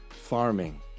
farming